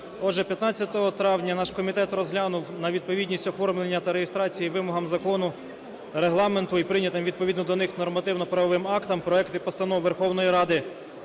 Отже, 15 травня наш комітет розглянув на відповідність оформлення та реєстрації вимогам закону, Регламенту і прийнятим відповідно до них нормативно-правовим актам проекти постанов Верховної Ради